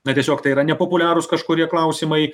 na tiesiog tai yra nepopuliarūs kažkurie klausimai